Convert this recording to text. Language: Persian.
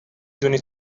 دونی